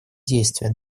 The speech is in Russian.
действия